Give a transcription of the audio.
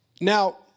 Now